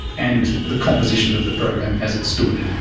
and the composition of the program as it stood,